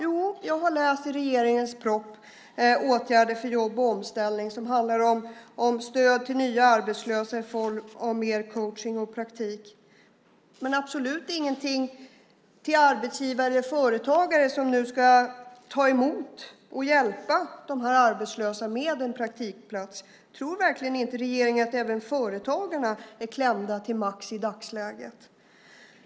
Jo, jag har läst i regeringens proposition Åtgärder för jobb och omställning som handlar om stöd till nya arbetslösa i form av mer coachning och praktik. Men det är absolut ingenting till arbetsgivare, företagare, som nu ska ta emot och hjälpa de här arbetslösa med en praktikplats. Tror verkligen inte regeringen att även företagarna är klämda till max i dagsläget?